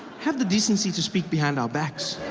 have the decency to speak behind our backs.